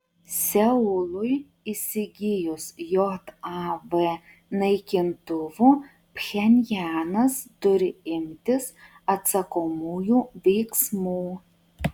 seului įsigijus jav naikintuvų pchenjanas turi imtis atsakomųjų veiksmų